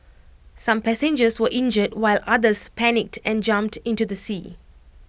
some passengers were injured while others panicked and jumped into the sea